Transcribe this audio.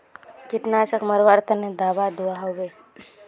कीटनाशक मरवार तने दाबा दुआहोबे?